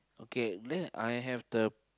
okay then I have the